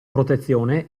protezione